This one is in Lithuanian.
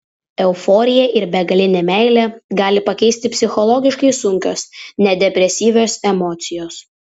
euforiją ir begalinę meilę gali pakeisti psichologiškai sunkios net depresyvios emocijos